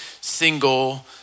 single